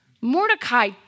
Mordecai